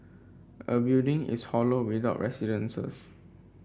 a building is hollow without residents